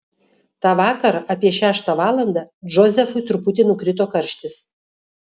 tą vakarą apie šeštą valandą džozefui truputį nukrito karštis